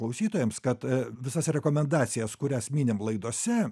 klausytojams kad visas rekomendacijas kurias minim laidose